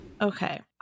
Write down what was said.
okay